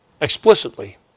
explicitly